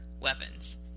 weapons